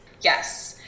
Yes